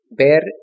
ver